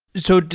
so,